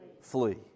flee